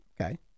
okay